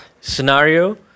scenario